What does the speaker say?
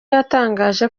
yatangaje